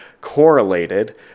correlated